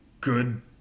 good